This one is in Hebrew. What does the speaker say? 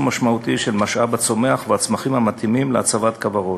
משמעותי של משאב הצומח והשטחים המתאימים להצבת כוורות.